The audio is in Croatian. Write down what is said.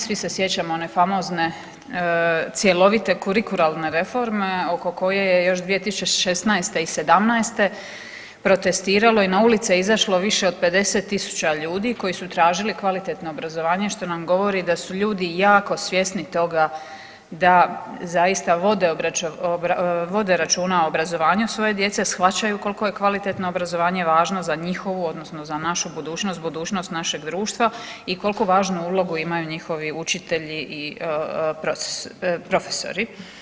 Svi se sjećamo one famozne cjelovite kurikularne reforme oko koje još 2016. i '17. protestiralo i na ulice izašlo više od 50.000 ljudi koji su tražili kvalitetno obrazovanje što nam govori da su ljudi jako svjesni toga da zaista vode, vode računa o obrazovanju svoje djece, shvaćaju koliko je kvalitetno obrazovanje važno za njihovu odnosno za našu budućnost, budućnost našeg društva i koliko važnu ulogu imaju njihovi učitelji i profesori.